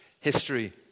history